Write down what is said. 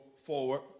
forward